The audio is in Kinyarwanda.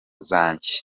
zanjye